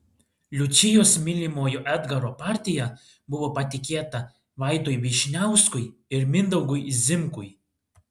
liučijos mylimojo edgaro partija buvo patikėta vaidui vyšniauskui ir mindaugui zimkui